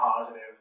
positive